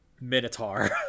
Minotaur